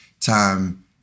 time